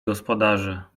gospodarze